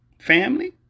family